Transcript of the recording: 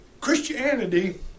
Christianity